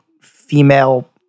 female